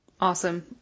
Awesome